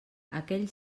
aquells